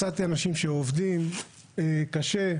מצאתי אנשים שעובדים קשה.